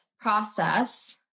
process